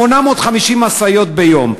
850 משאיות ביום,